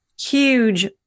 huge